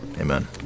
amen